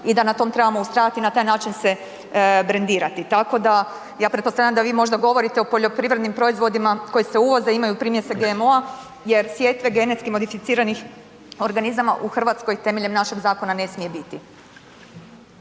i da na tom trebamo ustrajati i na taj način se brendirati. Tako da ja pretpostavljam da vi možda govorite o poljoprivrednim proizvodima koji se uvoze i imaju primjese GMO-a jer sjetve GMO-a u Hrvatskoj temeljem našeg zakona ne smije biti.